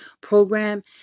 program